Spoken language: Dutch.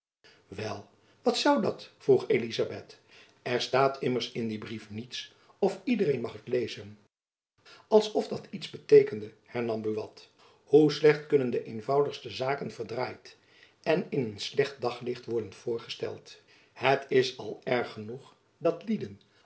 wel wat zoû dat vroeg elizabeth er staat immers in dien brief niets of iedereen mag het lezen als of dat iets beteekende hernam buat hoe licht kunnen de eenvoudigste zaken verdraaid en in een slecht daglicht worden voorgesteld het is al erg genoeg dat lieden